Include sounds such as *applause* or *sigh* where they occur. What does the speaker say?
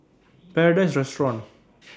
Paradise Restaurant *noise*